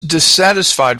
dissatisfied